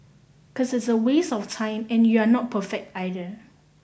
cause it's a waste of time and you're not perfect either